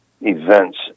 events